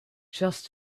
just